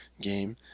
game